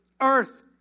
earth